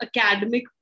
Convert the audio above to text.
academic